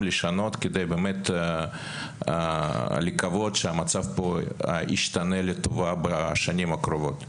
לשנות כדי באמת לקוות שהמצב פה ישתנה לטובה בשנים הקרובות.